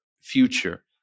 future